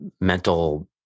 mental